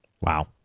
Wow